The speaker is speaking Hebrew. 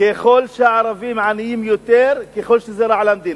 ככל שהערבים עניים יותר, כך זה רע למדינה.